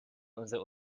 unsere